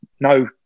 no